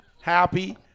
happy